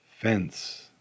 fence